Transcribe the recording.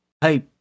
Hey